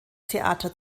theater